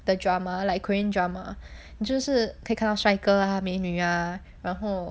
the drama like korean drama 就是可以看到帅哥啊美女啊然后